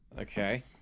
okay